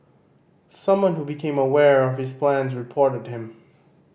someone who became aware of his plans reported him